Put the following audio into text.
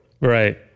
Right